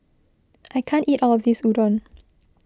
I can't eat all of this Udon